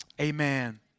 Amen